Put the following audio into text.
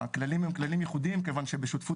הכללים הם כללים ייחודיים כיוון שבשותפות